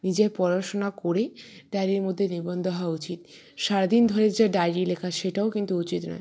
নিজের পড়াশোনা করে ডায়েরির মধ্যে নিবন্ধ হওয়া উচিত সারাদিন ধরে যে ডায়েরি লেখা সেটাও কিন্তু উচিত নয়